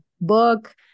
book